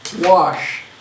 wash